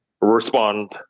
respond